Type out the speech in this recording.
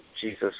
Jesus